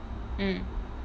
mm